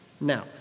Now